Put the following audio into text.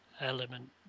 element